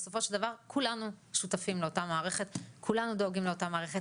בסופו של דבר כולנו שותפים לאותה מערכת וכולנו דואגים לאותה מערכת.